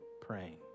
praying